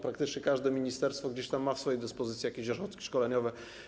Praktycznie każde ministerstwo gdzieś tam ma w swojej dyspozycji jakieś ośrodki szkoleniowe.